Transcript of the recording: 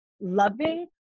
loving